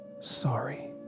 Sorry